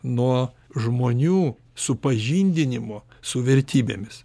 nuo žmonių supažindinimo su vertybėmis